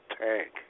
tank